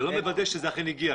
זה לא מוודא שזה אכן הגיע.